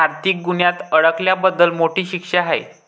आर्थिक गुन्ह्यात अडकल्याबद्दल मोठी शिक्षा आहे